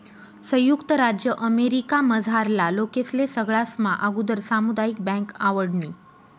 संयुक्त राज्य अमेरिकामझारला लोकेस्ले सगळास्मा आगुदर सामुदायिक बँक आवडनी